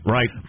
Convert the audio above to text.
Right